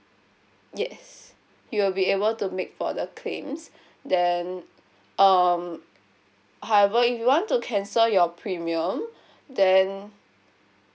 yes you will be able to make for the claims then um however if you want to cancel your premium then